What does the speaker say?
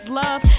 love